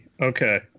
Okay